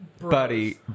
Buddy